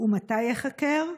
מתי ייחקר?